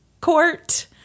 court